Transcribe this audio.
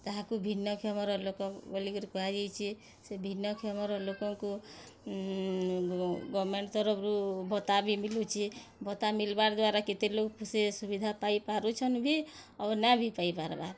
ତାହାକୁ ଭିନ୍ନକ୍ଷମର ଲୋକ ବଲିକରି କୁହାଯାଇଛେ ସେ ଭିନ୍ନକ୍ଷମର ଲୋକକୁଁ ଗମେଣ୍ଟ ତରଫରୁ ଭତ୍ତା ବି ମିଲୁଛେ ଭତ୍ତା ମିଲବାର୍ ଦ୍ବାରା କେତେ ଲୋକ୍ ସେ ସୁବିଧା ପାଇ ପାରୁଛନ୍ ବି ଆଉ ନାଇଁ ବି ପାଇ ପାରବାର୍